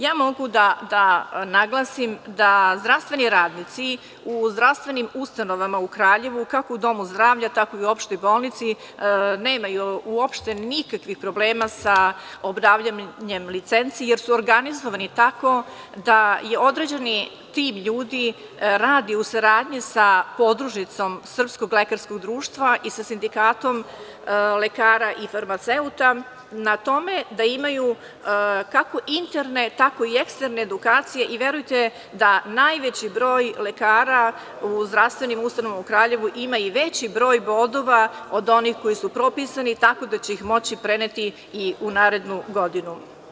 Ja mogu da naglasim da zdravstveni radnici u zdravstvenim ustanovama u Kraljevu, kako u domu zdravlja, tako i u opštoj bolnici, nemaju uopšte nikakvih problema sa obnavljanjem licenci, jer su organizovani tako da određeni tim ljudi radi u saradnji sa podružnicom Srpskog lekarskog društva i sa Sindikatom lekara i farmaceuta na tome da imaju kako interne, tako i eksterne edukacije i verujte da najveći broj lekara u zdravstvenim ustanovama u Kraljevu ima i veći broj bodova od onih koji su propisani, tako da će ih moći preneti i u narednu godinu.